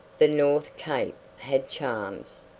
the north cape had charms,